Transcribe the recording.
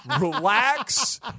relax